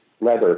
leather